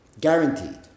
Guaranteed